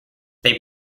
they